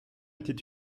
était